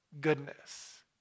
goodness